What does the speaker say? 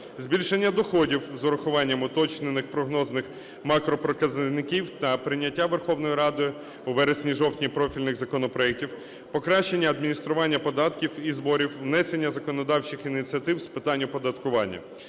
збільшення доходів з урахуванням уточнених прогнозних макропоказників та прийняття Верховною Радою у вересні-жовтні профільних законопроектів, покращення адміністрування податків і зборів, внесення законодавчих ініціатив з питань оподаткування,